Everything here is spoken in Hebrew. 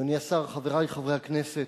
אדוני השר, חברי חברי הכנסת,